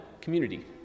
community